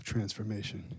Transformation